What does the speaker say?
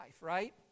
right